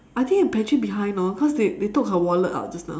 I think a pantry behind lor because they they took her wallet out just now